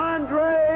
Andre